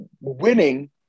Winning